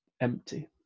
empty